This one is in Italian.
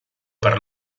per